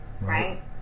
right